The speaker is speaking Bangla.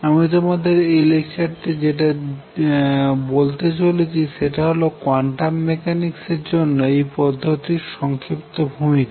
আমি তোমাদের এই লেকচারে যেটা বলতে চলেছি সেটা হল কোয়ান্টাম মেকানিক্স এর জন্য এই পদ্ধতির সংক্ষিপ্ত ভূমিকা